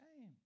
shame